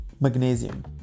Magnesium